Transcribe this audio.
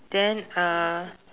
then uh